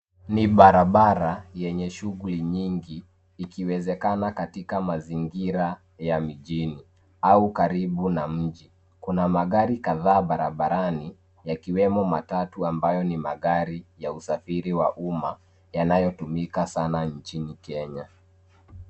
Ni barabara yenye shughuli nyingi ikiwezekana katika mazingira ya mijini au karibu na mji. Kuna magari kadhaa barabarani yakiwemo matatu ambayo ni magari ya usafiri wa umma yanayotumika sana nchini Kenya.